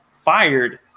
fired